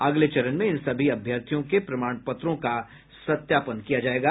अगले चरण में इन सभी अभ्यर्थियों के प्रमाण पत्रों का सत्यापन किया जायेगा